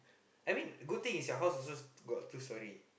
I mean good thing is your house also got two storey